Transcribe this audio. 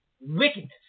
wickedness